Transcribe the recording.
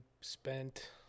spent